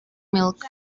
milk